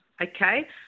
okay